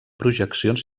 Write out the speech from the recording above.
projeccions